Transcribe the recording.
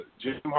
Jim